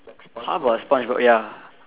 how about Spongebob ya